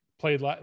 played